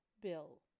Bill